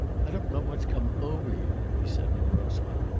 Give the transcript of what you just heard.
i don't know what's come over you, he said morosely.